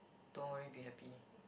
don't worry be happy